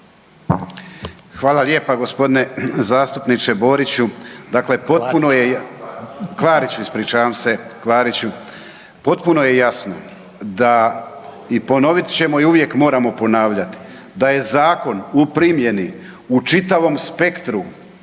Klariću ispričavam se, Klariću potpuno je jasno da i ponovit ćemo i uvijek moramo ponavljati da je zakon u primjeni u čitavom spektru